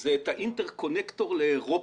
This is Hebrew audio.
זה את האינטר קונקטור לאירופה.